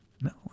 No